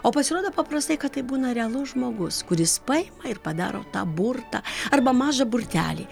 o pasirodo paprastai kad tai būna realus žmogus kuris paima ir padaro tą burtą arba mažą burtelį